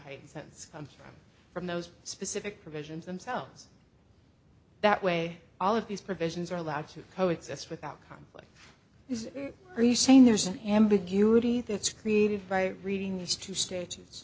heightened sense comes from from those specific provisions themselves that way all of these provisions are allowed to co exist without conflict is retained there's an ambiguity that's created by reading these two